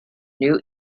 new